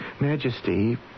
Majesty